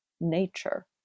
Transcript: nature